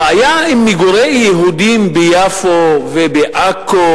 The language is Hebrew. הבעיה עם מגורי יהודים ביפו ובעכו,